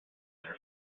their